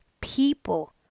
people